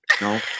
No